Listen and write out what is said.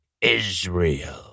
Israel